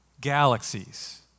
galaxies